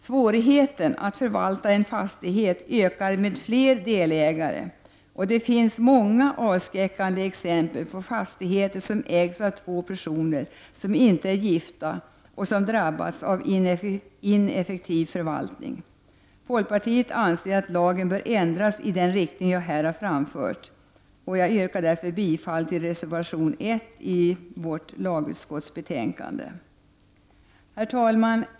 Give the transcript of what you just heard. Svårigheten att förvalta en fastighet ökar med fler delägare. Det finns många avskräckande exempel på fastigheter som har drabbats av ineffektiv förvaltning och som ägs av två personer som inte är gifta. Folkpartiet anser att lagen bör ändras i den riktning jag här har framfört. Jag yrkar därför bifall till reservation 1 till lagutskottets betänkande. Herr talman!